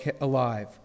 alive